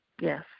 Yes